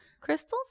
crystals